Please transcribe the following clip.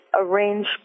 arrange